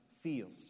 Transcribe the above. feels